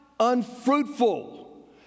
unfruitful